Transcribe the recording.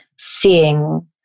Seeing